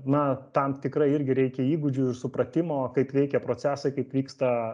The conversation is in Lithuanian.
na tam tikra irgi reikia įgūdžių ir supratimo kaip veikia procesai kaip vyksta